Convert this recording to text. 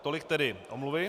Tolik tedy omluvy.